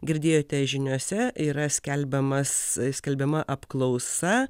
girdėjote žiniose yra skelbiamas skelbiama apklausa